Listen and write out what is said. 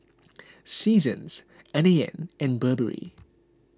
Seasons N A N and Burberry